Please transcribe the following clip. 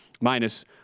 minus